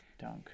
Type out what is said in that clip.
Dunk